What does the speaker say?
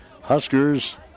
Huskers